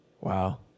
Wow